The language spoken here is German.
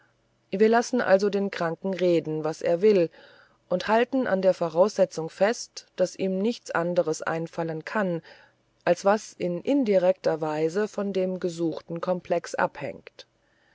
wir lassen also den kranken reden was er will und halten an der voraussetzung fest daß ihm nichts anderes einfallen kann als was in indirekter weise von dem gesuchten komplex abhängt